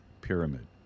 pyramid